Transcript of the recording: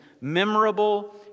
memorable